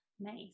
Nice